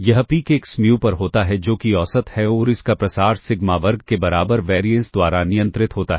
यह peak x mu पर होता है जो कि औसत है और इसका प्रसार सिग्मा वर्ग के बराबर वैरिएंस द्वारा नियंत्रित होता है